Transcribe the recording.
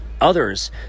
Others